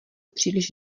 příliš